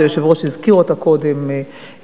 היושב-ראש הזכיר אותה קודם,